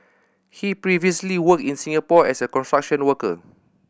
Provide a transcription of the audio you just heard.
he previously worked in Singapore as a construction worker